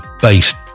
based